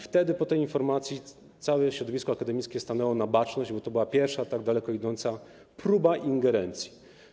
Wtedy po tej informacji całe środowisko akademickie stanęło na baczność, bo to była pierwsza tak daleko idąca próba ingerencji.